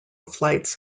flights